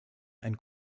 ein